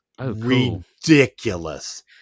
ridiculous